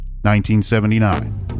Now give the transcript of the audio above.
1979